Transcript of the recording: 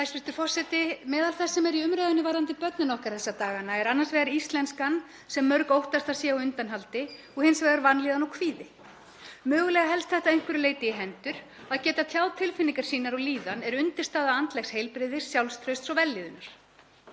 þess sem er í umræðunni varðandi börnin okkar þessa dagana er annars vegar íslenskan, sem mörg óttast að sé á undanhaldi, og hins vegar vanlíðan og kvíði. Mögulega helst þetta að einhverju leyti í hendur, að geta tjáð tilfinningar sínar og líðan er undirstaða andlegs heilbrigðis, sjálfstrausts og vellíðunar.